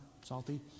salty